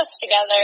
together